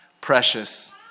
precious